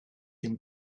him